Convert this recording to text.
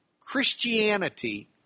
Christianity